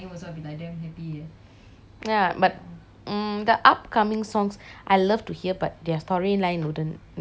ya but mm the upcoming songs I love to hear but their storyline wouldn't I don't really like it